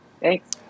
Thanks